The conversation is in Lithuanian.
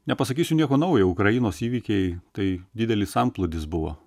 nepasakysiu nieko naujo ukrainos įvykiai tai didelis antplūdis buvo